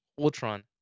Ultron